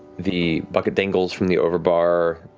the bucket dangles from the over bar.